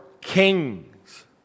kings